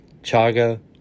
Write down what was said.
chaga